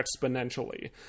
exponentially